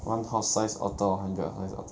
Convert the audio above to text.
one horse size otter or hundred size otter